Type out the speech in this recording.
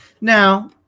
Now